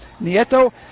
Nieto